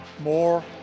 more